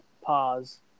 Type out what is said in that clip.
Pause